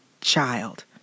child